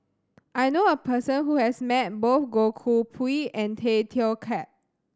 I know a person who has met both Goh Koh Pui and Tay Teow Kiat